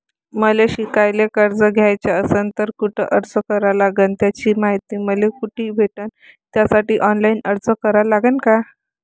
मले शिकायले कर्ज घ्याच असन तर कुठ अर्ज करा लागन त्याची मायती मले कुठी भेटन त्यासाठी ऑनलाईन अर्ज करा लागन का?